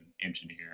engineer